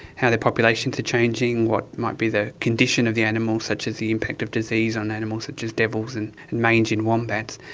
how their populations are changing, what might be the condition of the animal such as the impact of disease on animals such as devils and mange in wombats,